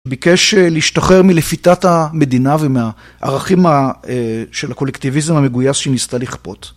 ביקש להשתחרר מלפיתת המדינה ומהערכים של הקולקטיביזם המגויס שניסתה לכפות.